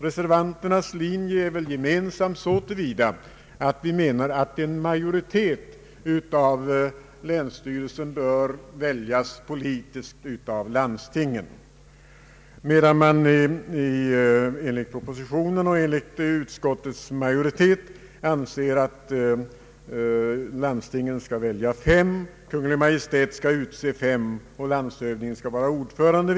Reservanternas linje är gemensam så till vida att vi anser att en majoritet av lekmännen i länsstyrelserna bör väljas politiskt av landstingen, medan man i propositionen och utskottets majoritet anser att landstingen skall välja fem ledamöter och Kungl. Maj:t fem samt att landshövdingen skall vara ordförande.